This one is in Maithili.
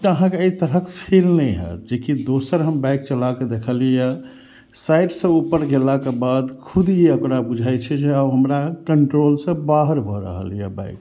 तऽ अहाँके एहि तरहक फेल नहि होयत जेकि दोसर हम बाइक चला कऽ देखली यऽ साइड सऽ ऊपर गेलाके बाद खुद यऽ ओकरा बुझाइ छै जे आब हमरा कन्ट्रोल से बाहर भऽ रहल यऽ बाइक